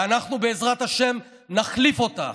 ואנחנו, בעזרת השם, נחליף אותה.